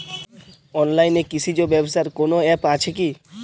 অনলাইনে কৃষিজ ব্যবসার কোন আ্যপ আছে কি?